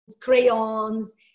crayons